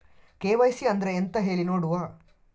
KYC ಅಂದ್ರೆ ಎಂತ ಹೇಳಿ ನೋಡುವ?